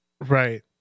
right